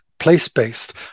Place-based